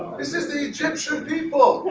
this is the egyptian people